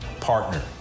partner